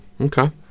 Okay